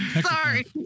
Sorry